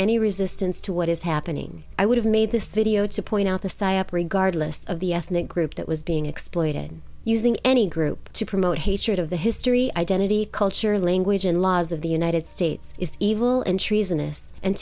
any resistance to what is happening i would have made this video to point out the psyop regardless of the ethnic group that was being exploited using any group to promote hatred of the history identity culture language and laws of the united states is evil and